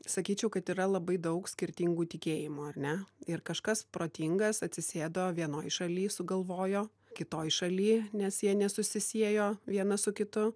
sakyčiau kad yra labai daug skirtingų tikėjimų ar ne ir kažkas protingas atsisėdo vienoj šaly sugalvojo kitoj šaly nes jie nesusisiejo vienas su kitu